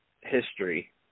history